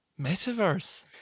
Metaverse